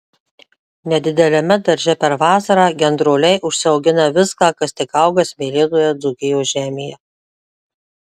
nedideliame darže per vasarą gendroliai užsiaugina viską kas tik auga smėlėtoje dzūkijos žemėje